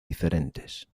diferentes